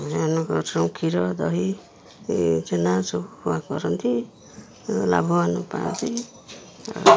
କ୍ଷୀର ଦହି ଛେନା ସବୁ ଖୁଆ କରନ୍ତି ଲାଭବାନ ପାଆନ୍ତି